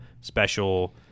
special